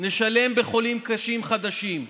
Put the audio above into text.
נשלם בחולים קשים חדשים.